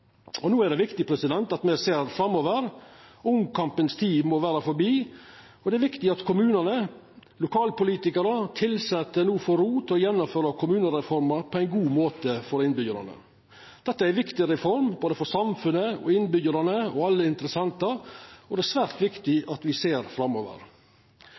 juni. No er det viktig at me ser framover. Tida for omkamp må vera forbi. Det er viktig at kommunar, lokalpolitikarar og tilsette no får ro til å gjennomføra kommunereforma på ein god måte for innbyggjarane. Dette er ei viktig reform for både samfunn, innbyggjarar og alle interessentar, og det er svært viktig at me ser framover.